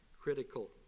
critical